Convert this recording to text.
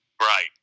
right